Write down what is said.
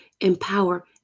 empower